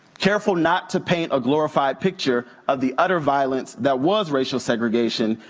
careful not to paint a glorified picture of the utter violence that was racial segregation,